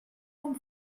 com